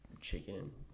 chicken